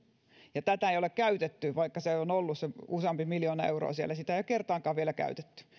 ja tätä ei ole käytetty vaikka on ollut se useampi miljoona euroa siellä sitä ei ole kertaakaan vielä käytetty